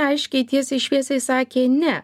aiškiai tiesiai šviesiai sakė ne